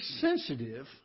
sensitive